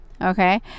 Okay